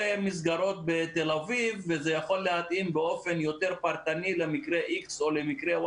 מסגרות בתל אביב וזה יכול להתאים באופן יותר פרטני למקרה זה או זה.